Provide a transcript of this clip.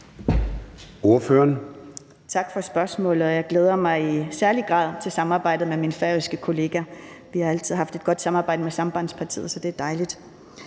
Tak for spørgsmålet. Jeg glæder mig i særlig grad til samarbejdet med min færøske kollega. Vi har altid haft et godt samarbejde med Sambandspartiet, så det er dejligt.